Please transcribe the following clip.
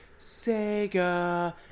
Sega